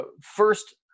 first